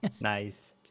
Nice